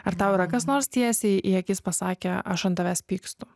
ar tau yra kas nors tiesiai į akis pasakę aš ant tavęs pykstu